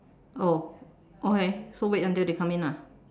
oh okay so wait until they come in lah